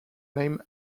named